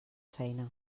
feina